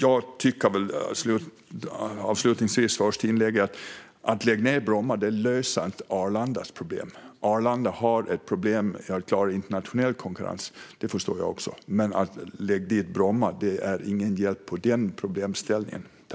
Avslutningsvis bör tilläggas att man inte löser Arlandas problem genom att lägga ned Bromma. Arlanda har problem att klara internationell konkurrens; det förstår jag också. Men att lägga ned Bromma hjälper inte mot detta.